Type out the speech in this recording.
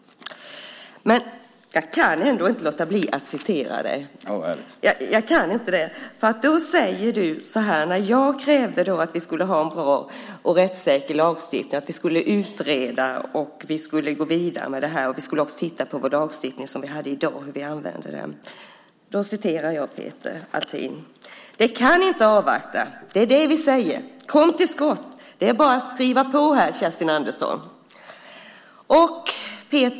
Jag kan inte låta bli att citera dig. Jag krävde att vi skulle ha en bra och rättssäker lagstiftning och att vi skulle utreda och gå vidare med detta och att vi skulle titta på den lagstiftning vi har och hur vi använder den. Då sade du: Det kan inte avvakta. Det är det vi säger. Kom till skott! Det är bara att skriva på här, Kerstin Andersson.